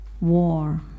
war